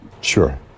Sure